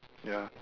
ya